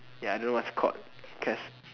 ya I don't know what is it called